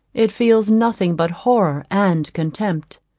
it feels nothing but horror and contempt.